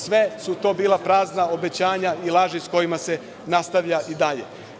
Sve su to bila obećanja i laži sa kojima se nastavlja i dalje.